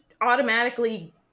automatically